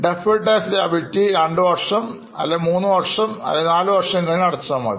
deferred tax liabilityരണ്ടുവർഷം അല്ലെങ്കിൽമൂന്നുവർഷം അല്ലെങ്കിൽ നാലുവർഷം കഴിഞ്ഞ് അടച്ചാൽ മതി